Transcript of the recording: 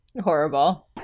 horrible